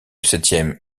septième